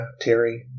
Terry